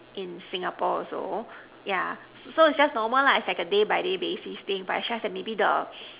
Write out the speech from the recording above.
in Singapore also yeah so so it's just normal lah it's like a day by day basis thing but it's just that maybe the